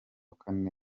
kane